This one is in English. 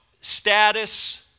status